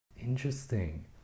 Interesting